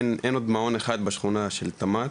אין עוד מעון אחד בשכונה של תמ"ת.